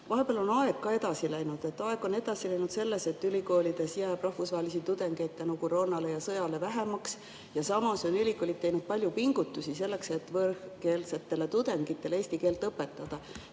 vahepeal on aeg edasi läinud. Aeg on edasi läinud ka selles, et ülikoolides jääb rahvusvahelisi tudengeid koroona ja sõja tõttu vähemaks. Samas on ülikoolid teinud palju pingutusi selleks, et võõrkeelsetele tudengitele eesti keelt õpetada.